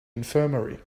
infirmary